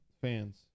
fans